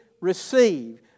receive